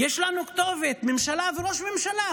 יש לנו כתובת, ממשלה וראש ממשלה.